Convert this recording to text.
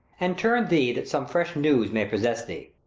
and turn thee, that some fresh news may possess thee.